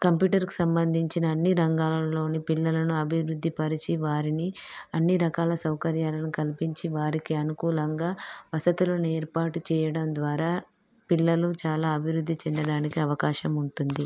కంప్యూటర్కు సంబంధించిన అన్ని రంగాలలోని పిల్లలను అభివృద్ధి పరిచి వారిని అన్ని రకాల సౌకర్యాలను కల్పించి వారికి అనుకూలంగా వసతులను ఏర్పాటు చెయ్యడం ద్వారా పిల్లలు చాలా అభివృద్ధి చెందడానికి అవకాశం ఉంటుంది